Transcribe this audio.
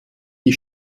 die